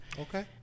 Okay